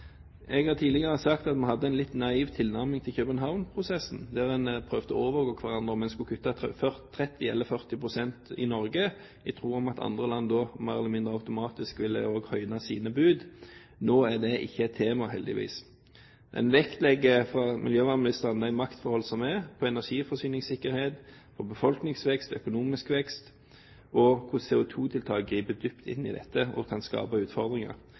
Jeg har tidligere sagt at vi hadde en litt naiv tilnærming i København-prosessen, der man prøvde å overgå hverandre, om man skulle kutte 30 pst. eller 40 pst. i Norge, i den tro at andre land mer eller mindre automatisk også ville høyne sine bud. Nå er det ikke et tema, heldigvis. Man vektlegger fra miljøvernministerens side de maktforholdene som er når det gjelder energiforsyningssikkerhet, befolkningsvekst og økonomisk vekst, hvor CO2-tiltakene griper dypt inn i dette og kan skape utfordringer.